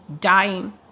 dying